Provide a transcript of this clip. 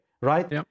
right